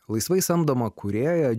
laisvai samdoma kūrėja